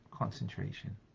Concentration